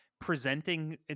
presenting